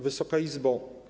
Wysoka Izbo!